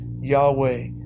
Yahweh